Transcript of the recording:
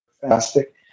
fantastic